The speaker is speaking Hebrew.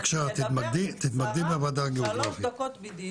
בבקשה תתמקדי בוועדה הגיאוגרפית.